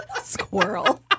Squirrel